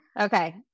okay